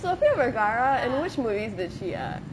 sophia vergara in which movies that she uh